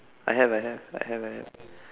I have I have I have I have